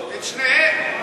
את שניהם.